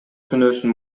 күнөөсүн